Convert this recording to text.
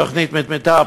תוכנית מתאר,